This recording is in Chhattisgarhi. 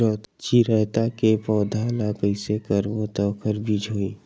चिरैता के पौधा ल कइसे करबो त ओखर बीज होई?